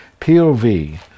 POV